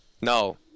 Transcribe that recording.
No